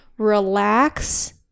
relax